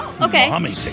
Okay